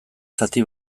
zati